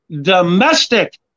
domestic